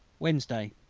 wednesday,